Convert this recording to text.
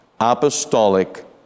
apostolic